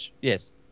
Yes